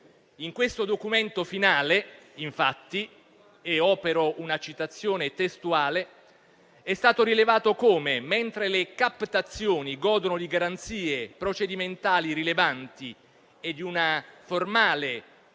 In questo documento finale, infatti - opero una citazione testuale - è stato rilevato come «mentre le captazioni godono di garanzie procedimentali rilevanti e di una formale